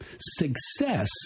success